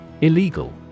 Illegal